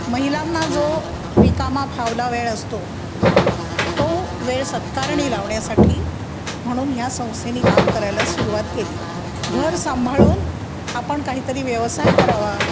महिलांना जो रिकामा फावला वेळ असतो तो वेळ सत्कारणी लावण्यासाठी म्हणून ह्या संस्थेने काम करायला सुरुवात केली घर सांभाळून आपण काही तरी व्यवसाय करावा